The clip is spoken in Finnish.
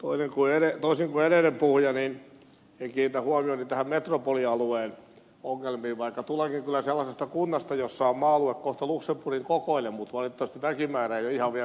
toisin kuin edellinen puhuja kiinnitän huomioni tämän metropolialueen ongelmiin vaikka tulenkin kyllä sellaisesta kunnasta jossa on maa alue kohta luxemburgin kokoinen mutta valitettavasti väkimäärä ei ole ihan vielä metropolitasolla